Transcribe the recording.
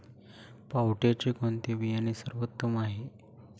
पावट्याचे कोणते बियाणे सर्वोत्तम आहे?